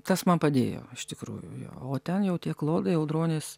tas man padėjo iš tikrųjų jo o ten jau tie klodai audronės